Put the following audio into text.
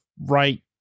right